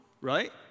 right